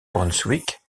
brunswick